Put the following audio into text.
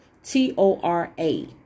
T-O-R-A